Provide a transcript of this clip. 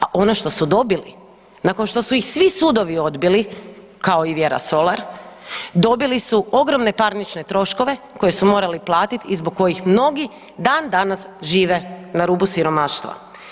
A ono što su dobili nakon što su ih svi sudovi odbili kao i Vjera Solar, dobili su ogromne parnične troškove koje su morali platiti i zbog kojih mnogi dan danas žive na rubu siromaštva.